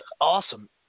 awesome